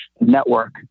network